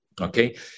Okay